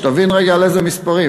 שתבין רגע על איזה מספרים.